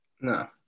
No